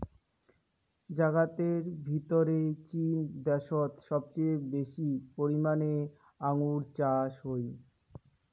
জাগাতের ভিতরে চীন দ্যাশোত সবচেয়ে বেশি পরিমানে আঙ্গুর চাষ হই